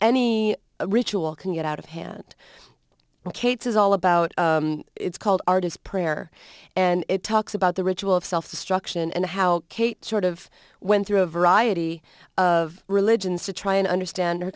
any ritual can get out of hand ok this is all about it's called art is prayer and it talks about the ritual of self destruction and how sort of went through a variety of religions to try and understand